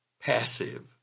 passive